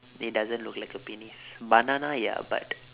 it doesn't look like a penis banana ya but